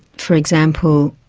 for example,